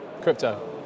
Crypto